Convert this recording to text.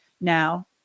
now